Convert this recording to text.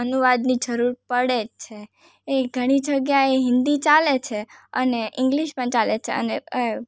અનુવાદની જરૂર પડે જ છે એવી ઘણી જગ્યાએ હિન્દી ચાલે છે અને ઇંગ્લિશ પણ ચાલે છે અને અ